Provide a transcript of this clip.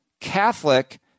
Catholic